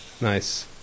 Nice